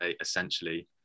essentially